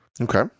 okay